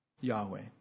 Yahweh